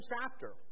chapter